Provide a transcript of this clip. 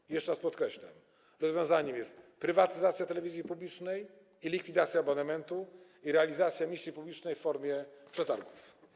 I jeszcze raz podkreślam: rozwiązaniem jest prywatyzacja telewizji publicznej, likwidacja abonamentu i realizacja misji publicznej w drodze przetargów.